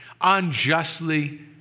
Unjustly